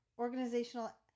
Organizational